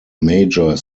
major